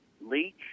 Leach